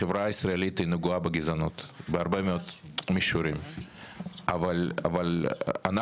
החברה הישראלית נגועה בגזענות בהרבה מאוד מישורים אבל אנחנו,